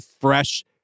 fresh